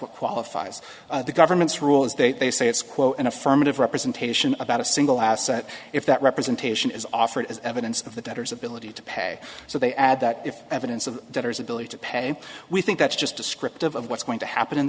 what qualifies the government's rule is that they say it's quote an affirmative representation about a single asset if that representation is offered as evidence of the debtors ability to pay so they add that if evidence of debtors ability to pay we think that's just descriptive of what's going to happen